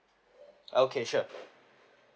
okay sure